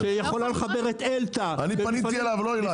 אני פניתי אליו, לא אלייך.